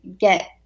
get